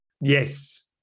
Yes